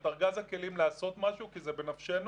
את ארגז הכלים לעשות משהו כי זה בנפשנו.